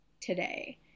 today